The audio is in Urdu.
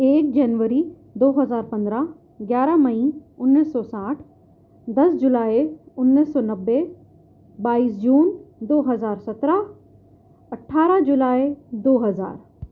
ایک جنوری دو ہزار پندرہ گیارہ مئی انیس سو ساٹھ دس جولائی انیس سو نوے بائیس جون دو ہزار سترہ اٹھارہ جولائی دو ہزار